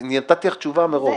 נתתי לך תשובה מראש.